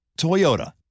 Toyota